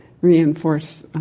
reinforce